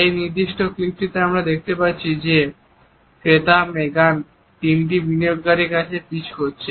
এই নির্দিষ্ট ক্লিপটিতে আমরা দেখতে পাচ্ছি যে একজন ক্রেতা মেগান তিনজন বিনিয়োগকারীর কাছে পিচ করছে